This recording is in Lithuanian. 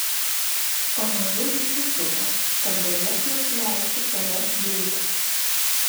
pamažu įsisupo kad galėtų nusileisti šalia deivio